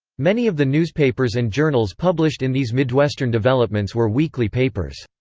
many of the newspapers and journals published in these midwestern developments were weekly papers.